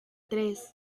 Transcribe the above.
tres